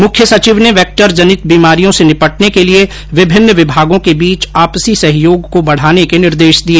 मुख्य सचिव ने वैक्टरजनित बीमारियों से निपटने के लिए विभिन्न विभागों के बीच आपसी सहयोग को बढ़ाने के निर्देश दिए